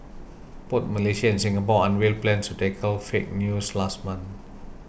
both Malaysia and Singapore unveiled plans to tackle fake news last month